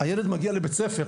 הילד מגיע לבית הספר,